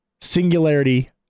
singularity